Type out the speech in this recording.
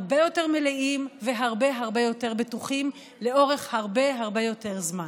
הרבה יותר מלאים והרבה הרבה יותר בטוחים לאורך הרבה הרבה יותר זמן.